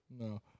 No